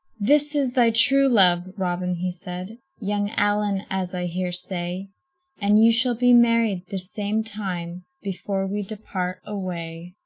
this is thy true love, robin he said, young allen, as i hear say and you shall be married this same time, before we depart away.